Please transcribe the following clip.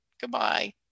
goodbye